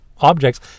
objects